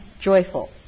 joyful